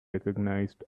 recognized